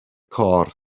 côr